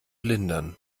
lindern